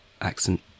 accent